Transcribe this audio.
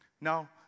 Now